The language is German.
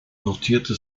notierte